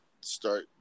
start